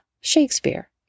Shakespeare